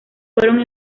fueron